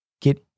get